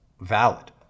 valid